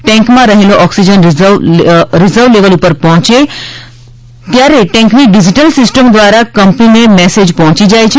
ટેન્કમાં રહેલો oxygen reserve level પર પહોંચે ત્યારે ટેન્કની ડિઝીટલ સિસ્ટમ દ્વારા કંપનીને મેસેજ પહોંચી જાય છે